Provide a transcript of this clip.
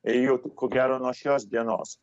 jau ko gero nuo šios dienos